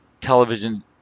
television